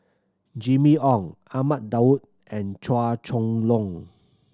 Jimmy Ong Ahmad Daud and Chua Chong Long